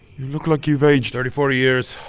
you look like you've aged thirty four years.